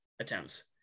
attempts